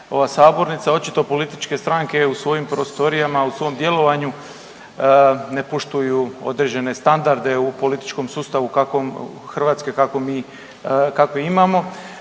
ova sabornica očito političke stranke u svojim prostorijama u svom djelovanju ne poštuju određene standarde u političkom sustavu u kakvom,